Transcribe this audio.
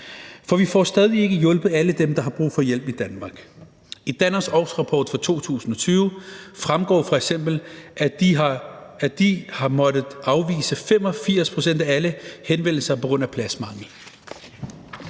for vi får stadig ikke hjulpet alle dem, der har brug for hjælp i Danmark. I Danners årsrapport for 2020 fremgår det f.eks., at de har måttet afvise 85 pct. af alle henvendelser på grund af pladsmangel.